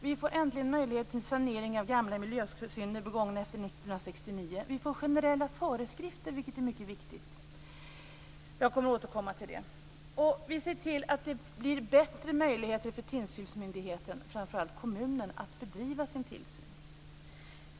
Vi får äntligen möjlighet till sanering av gamla miljösynder begångna efter 1969. Vi får generella föreskrifter, vilket är mycket viktigt. Jag kommer att återkomma till det. Vi ser också till att det blir bättre möjligheter för tillsynsmyndigheten, framför allt kommunen, att bedriva sin tillsyn.